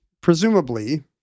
presumably